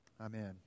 Amen